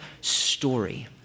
story